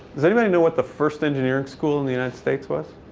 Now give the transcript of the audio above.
does anybody know what the first engineering school in the united states was?